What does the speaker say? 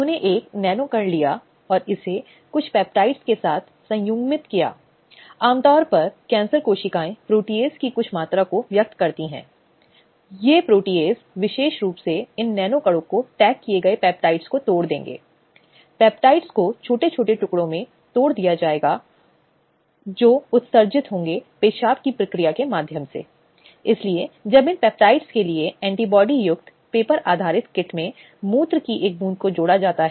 इसलिए कभी कभी यह स्थिति हो सकती है कि उत्पीड़न करने वाला पर्यवेक्षक हो या उत्पीड़न करने वाला ऐसी समिति का सदस्य हो जो निरंतरता के दौरान व्यक्ति के खिलाफ कुछ कार्रवाई शैक्षणिक कार्रवाई कर सकता है उसे पूरी सुरक्षा दी जानी चाहिए और यह जिम्मेदारी है समिति के साथ साथ नियोक्तामालिक के लिए भी कि उसे किसी भी कठिन परिस्थिति में नहीं रखा जाए